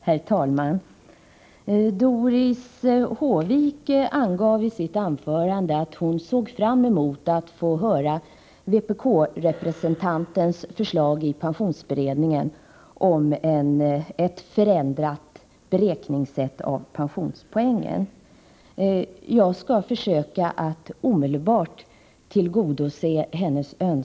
Herr talman! Doris Håvik angav i sitt anförande att hon såg fram emot att få del av vpk-representantens förslag i pensionsberedningen när det gäller en förändring av sättet att beräkna pensionspoängen. Jag skall försöka att omedelbart tillgodose fru Håviks önskemål.